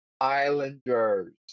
Islanders